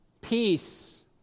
peace